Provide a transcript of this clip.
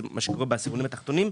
זה מה שקורה בעשירונים התחתונים,